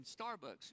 Starbucks